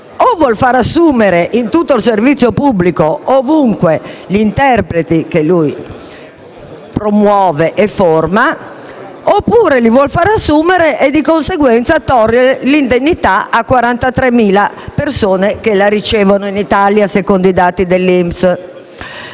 o vuol far assumere in tutto il servizio pubblico, ovunque, gli interpreti che promuove e forma o li vuol fare assumere e di conseguenza togliere il sussidio di indennità a 43.000 persone che lo ricevono in Italia, secondo i dati dell'INPS.